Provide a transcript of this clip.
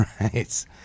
Right